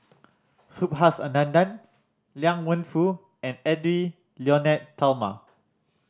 Subhas Anandan Liang Wenfu and Edwy Lyonet Talma